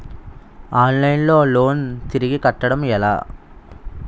Online లో loan తిరిగి కట్టడం ఎలా?